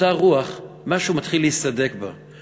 אותה רוח, משהו מתחיל להיסדק בה.